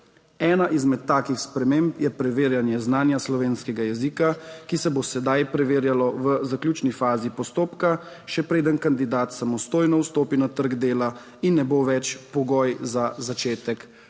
Ena izmed takih sprememb je preverjanje znanja slovenskega jezika, ki se bo sedaj preverjalo v zaključni fazi postopka, še preden kandidat samostojno vstopi na trg dela in ne bo več pogoj za začetek postopka.